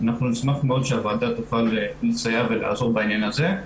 אנחנו נשמח מאוד שהוועדה תוכל לסייע ולעזור בעניין הזה.